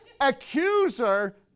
accuser